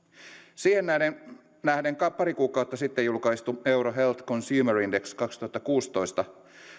siihen nähden pari kuukautta sitten julkaistu euro health consumer index kaksituhattakuusitoista